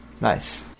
Nice